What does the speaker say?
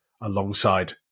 alongside